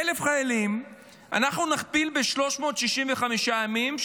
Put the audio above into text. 1,000 חיילים אנחנו נכפיל ב-365 ימים,